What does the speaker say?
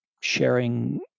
sharing